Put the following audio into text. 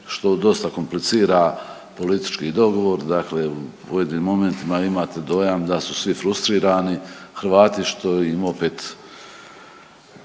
što dosta komplicira politički dogovor, dakle u pojedinim momentima imate dojam da su svi frustrirani, Hrvati što im opet